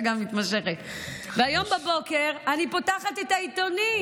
והיום בבוקר אני פותחת את העיתונים,